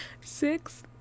six